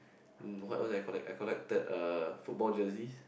um what else did I collect I collected uh football jerseys